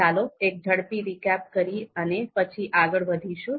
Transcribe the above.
ચાલો એક ઝડપી રિકેપ કરી અને પછી આગળ વધીશું